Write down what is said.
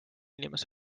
inimese